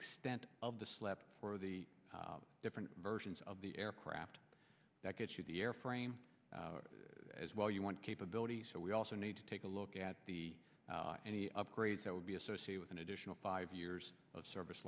extent of the slab or the different versions of the aircraft that gets you the airframe as well you want capability so we also need to take a look at the any upgrades that would be associated with an additional five years of service